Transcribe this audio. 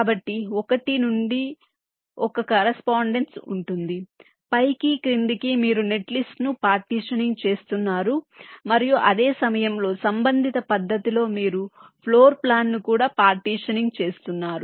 కాబట్టి ఒకటి నుండి ఒక కరస్పాండెన్స్ ఉంటుంది పైకి క్రిందికి మీరు నెట్లిస్ట్ను పార్టీషనింగ్ చేస్తున్నారు మరియు అదే సమయంలో సంబంధిత పద్ధతిలో మీరు ఫ్లోర్ ప్లాన్ను కూడా పార్టీషనింగ్ చేస్తున్నారు